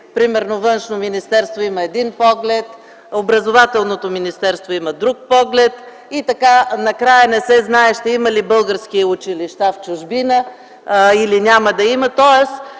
примерно Външно министерство има един поглед, Образователното министерство има друг поглед и така накрая не се знае ще има ли български училища в чужбина или няма да има,